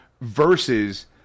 versus